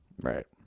Right